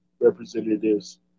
representatives